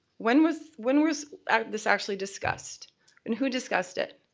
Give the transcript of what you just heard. when was when was this actually discussed and who discussed it?